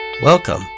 Welcome